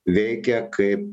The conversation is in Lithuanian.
veikia kaip